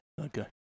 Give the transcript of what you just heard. Okay